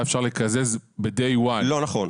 אפשר היה לקזז ב-Day One. לא נכון.